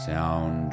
Sound